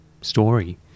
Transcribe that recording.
story